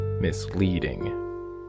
misleading